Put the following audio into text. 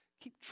keep